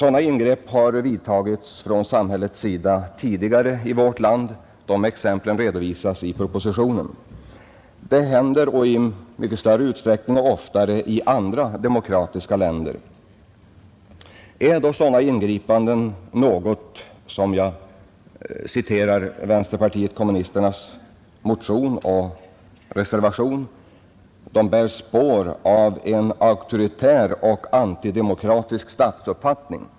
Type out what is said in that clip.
Ingrepp från samhällets sida har emellertid tidigare gjorts i vårt land. De exemplen redovisas i propositionen. Det händer i mycket större utsträckning och oftare i andra demokratiska länder. Är då sådana ingripanden något som =— jag citerar vänsterpartiet kommunisternas motion och reservation — bär spår av ”en auktoritär och anti-demokratisk statsuppfattning”?